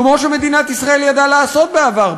כמו שמדינת ישראל ידעה לעשות בעבר,